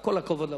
כל הכבוד למבקר.